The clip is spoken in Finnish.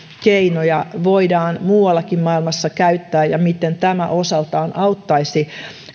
keinoja voidaan muuallakin maailmassa käyttää ja miten tämä osaltaan auttaisi